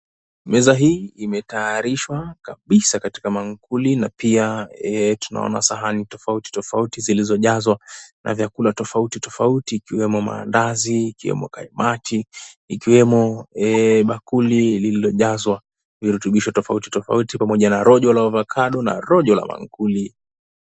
Meza hii imetayarishwa kabisaa katikati maankuli. Pia tunaona sahani tofauti tofauti zilizojazwa na vyakula tofauti tofauti, ikiwemo mandazi, ikiwemo kaimati, ikiwemo bakuli iliyojazwa virutubishi tofauti tofauti, pamoja na rojo la ovacado na rojo la maankuli.